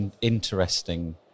interesting